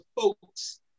folks